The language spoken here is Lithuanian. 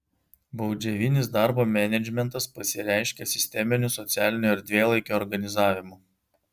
baudžiavinis darbo menedžmentas pasireiškė sisteminiu socialinio erdvėlaikio organizavimu